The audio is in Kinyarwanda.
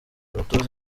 abatoza